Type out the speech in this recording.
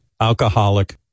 alcoholic